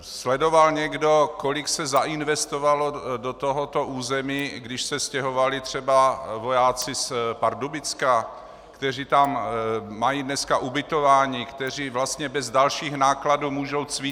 Sledoval někdo, kolik se zainvestovalo do tohoto území, když se stěhovali třeba vojáci z Pardubicka, kteří tam mají dneska ubytování, kteří vlastně bez dalších nákladů můžou cvičit?